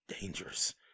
dangerous